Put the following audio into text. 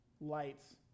lights